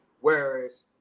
whereas